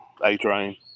A-train